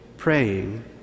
praying